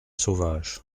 sauvage